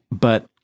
But-